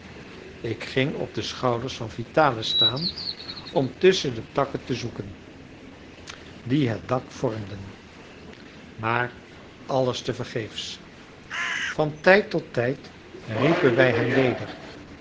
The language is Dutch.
ik ging op de schouders van vitalis staan om tusschen de takken te zoeken die het dak vormden maar alles tevergeefs van tijd tot tijd riepen wij hem weder